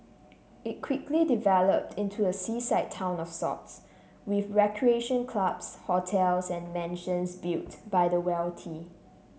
it quickly developed into a seaside town of sorts with recreation clubs hotels and mansions built by the wealthy